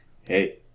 Hey